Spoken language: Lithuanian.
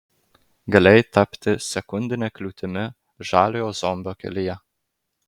galėjai tapti sekundine kliūtimi žaliojo zombio kelyje